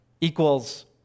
equals